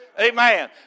Amen